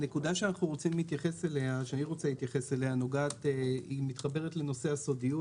הנקודה שאני רוצה להתייחס אליה מתחברת לנושא הסודיות